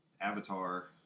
Avatar